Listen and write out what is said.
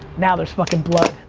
now there's fuckin' blood.